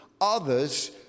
others